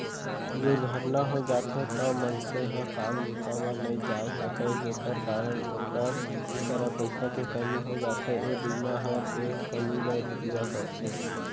दुरघटना हो जाथे तौ मनसे ह काम बूता म नइ जाय सकय जेकर कारन ओकर करा पइसा के कमी हो जाथे, ए बीमा हर ए कमी ल पूरा करथे